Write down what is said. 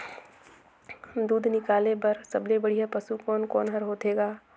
दूध निकाले बर सबले बढ़िया पशु कोन कोन हर होथे ग?